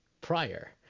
prior